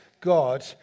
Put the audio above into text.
God